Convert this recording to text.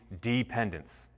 dependence